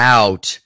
out